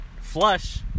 flush